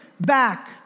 back